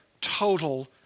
total